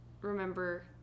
remember